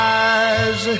eyes